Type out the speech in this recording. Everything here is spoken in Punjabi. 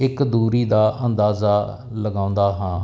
ਇੱਕ ਦੂਰੀ ਦਾ ਅੰਦਾਜ਼ਾ ਲਗਾਉਂਦਾ ਹਾਂ